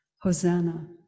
Hosanna